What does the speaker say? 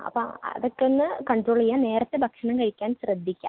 അപ്പോൾ അതൊക്കെയൊന്ന് കൺട്രോൾ ചെയ്യുക നേരത്തെ ഭക്ഷണം കഴിക്കാൻ ശ്രദ്ധിക്കുക